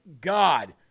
God